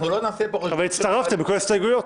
לא נעשה פה --- אבל הצטרפתם לכל ההסתייגויות.